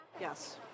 Yes